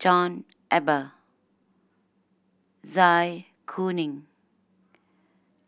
John Eber Zai Kuning